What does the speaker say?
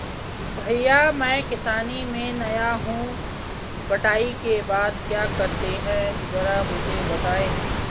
भैया मैं किसानी में नया हूं कटाई के बाद क्या करते हैं जरा मुझे बताएं?